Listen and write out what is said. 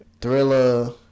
Thriller